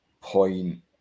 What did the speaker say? point